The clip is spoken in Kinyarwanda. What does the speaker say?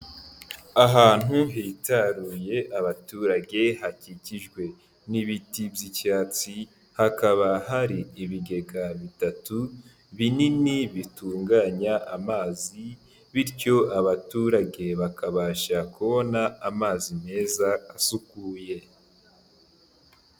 Ahantu hitaruye abaturage hakikijwe n'ibiti by'icyatsi, hakaba hari ibigega bitatu binini bitunganya amazi bityo abaturage bakabasha kubona amazi meza asukuye.